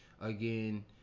again